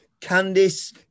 Candice